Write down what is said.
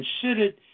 considered